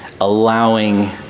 allowing